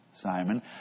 Simon